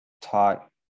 taught